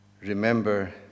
Remember